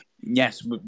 yes